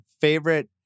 Favorite